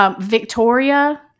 Victoria